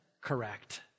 correct